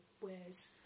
wears